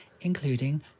including